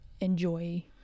enjoy